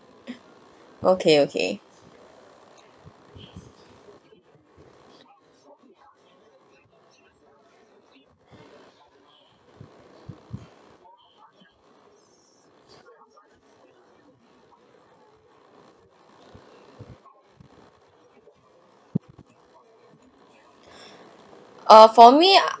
okay okay oo for me